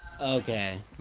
Okay